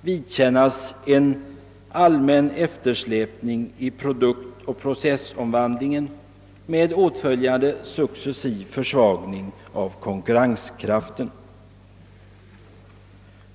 vidkännas en allmän eftersläpning i produktoch processomvandlingen med åtföljande successiv försvagning av konkurrenskraften.